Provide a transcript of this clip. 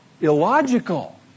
illogical